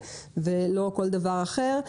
ולא כל דבר אחר.